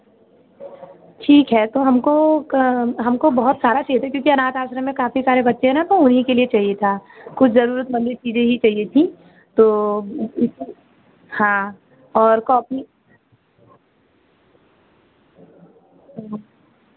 ठीक है तो हमको क हमको बहुत सारा चाहिए था क्योंकि अनाथ आश्रम में काफ़ी सारे बच्चे हैं ना तो उन्हीं के लिए चाहिए था कुछ ज़रूरतमंद चीज़ें ही चाहिए थी तो हाँ और कॉपी